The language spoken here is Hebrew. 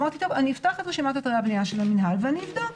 אמרתי שאני אפתי את רשימת אתרי הבנייה של המינהל ואבדוק.